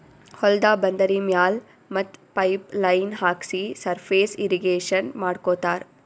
ಹೊಲ್ದ ಬಂದರಿ ಮ್ಯಾಲ್ ಮತ್ತ್ ಪೈಪ್ ಲೈನ್ ಹಾಕ್ಸಿ ಸರ್ಫೇಸ್ ಇರ್ರೀಗೇಷನ್ ಮಾಡ್ಕೋತ್ತಾರ್